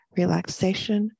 relaxation